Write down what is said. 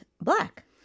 black